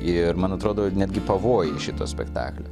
ir man atrodo netgi pavojai šito spektaklio